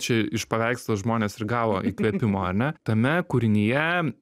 čia iš paveikslo žmonės ir gavo įkvėpimo ar ne tame kūrinyje